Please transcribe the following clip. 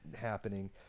happening